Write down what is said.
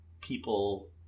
people